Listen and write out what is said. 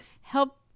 help